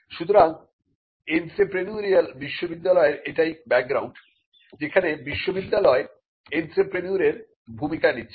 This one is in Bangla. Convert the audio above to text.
সুতরাং এন্ত্রেপ্রেনিউড়িয়াল বিশ্ববিদ্যালয়ের এটাই ব্যাকগ্রাউন্ড যেখানে বিশ্ববিদ্যালয় এন্ত্রেপ্রেনিউরের ভূমিকা নিচ্ছে